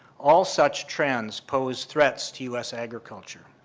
all such trends pose threats to u s. agriculture.